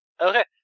Okay